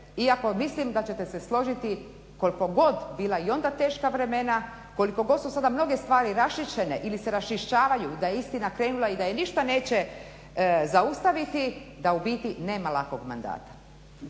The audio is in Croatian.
Iako mislim da ćete se složiti koliko god bila i onda teška vremena, koliko god su sada mnoge stvari raščišćene ili se raščišćavaju i da je istina krenula i da je ništa neće zaustaviti, da u biti nema lakog mandata.